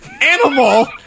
animal